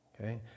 okay